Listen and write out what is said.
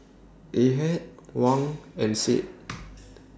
Ahad Wan and Said